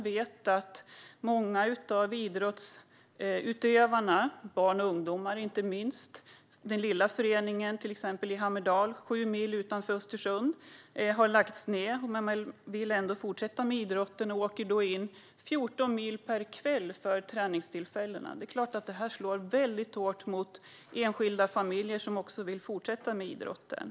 I Hammerdal sju mil utanför Östersund har den lilla föreningen lagts ned, men många av idrottsutövarna, inte minst barn och ungdomar, vill ändå fortsätta med idrotten och åker därför 14 mil per träningstillfälle. Det är klart att det slår väldigt hårt mot enskilda familjer som vill fortsätta med idrotten.